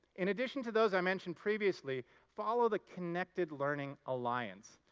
in addition to those i mentioned previously, follow the connected learning alliance,